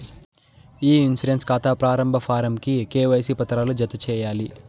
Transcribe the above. ఇ insurance కాతా ప్రారంబ form కి కేవైసీ పత్రాలు జత చేయాలి